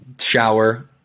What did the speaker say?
Shower